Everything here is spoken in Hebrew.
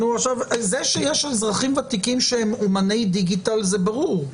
זה שיש אזרחים ותיקים שהם אומני דיגיטל, זה ברור,